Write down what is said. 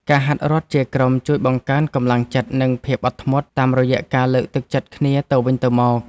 ការហាត់រត់ជាក្រុមជួយបង្កើនកម្លាំងចិត្ត និងភាពអត់ធ្មត់ តាមរយៈការលើកទឹកចិត្តគ្នាទៅវិញទៅមក។